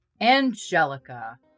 Angelica